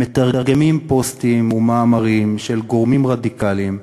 הם מתרגמים פוסטים ומאמרים של גורמים רדיקליים,